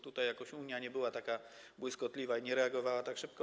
Tutaj jakoś Unia nie była taka błyskotliwa i nie reagowała tak szybko.